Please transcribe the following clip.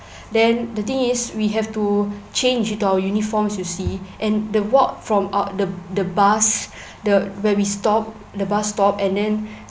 then the thing is we have to change into our uniforms you see and the walk from out the the bus the where we stop the bus stop and then